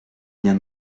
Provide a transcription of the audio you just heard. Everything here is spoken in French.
bien